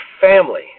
family